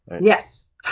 Yes